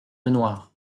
lenoir